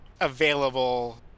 available